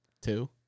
Two